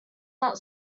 not